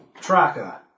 tracker